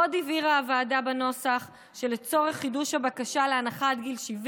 עוד הבהירה הוועדה בנוסח שלצורך חידוש הבקשה להנחת גיל 70